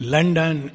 London